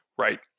Right